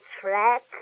track